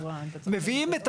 מביאים את